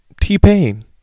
t-pain